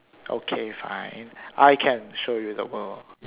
okay fine I can show you the world